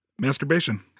masturbation